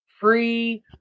free